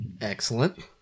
Excellent